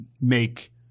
make